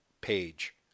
page